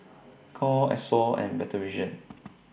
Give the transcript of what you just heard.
Knorr Esso and Better Vision